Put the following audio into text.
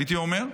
הייתי אומר.